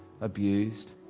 abused